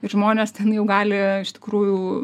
žmonės ten jau gali iš tikrųjų